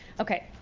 okay.